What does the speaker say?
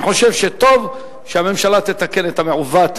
אני חושב שטוב שהממשלה תתקן את המעוות.